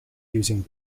using